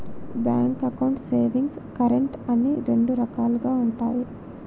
bank అకౌంట్లు savings, current అని రెండు రకాలుగా ఉంటయి